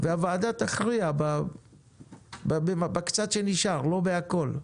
ומשאירים לוועדה להכריע בקצת שנשאר, לא בהכל.